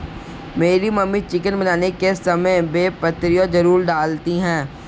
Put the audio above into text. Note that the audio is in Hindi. मेरी मम्मी चिकन बनाने के समय बे पत्तियां जरूर डालती हैं